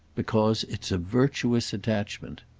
because it's a virtuous attachment.